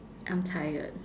I'm tired